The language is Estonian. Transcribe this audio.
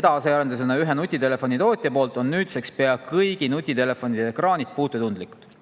edasi üks nutitelefonitootja, ja nüüdseks on pea kõigi nutitelefonide ekraanid puutetundlikud.